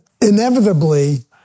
inevitably